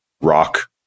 rock